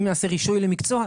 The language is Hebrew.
אם נעשה רישוי למקצוע,